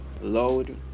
load